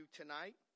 tonight